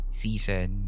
season